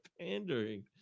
Pandering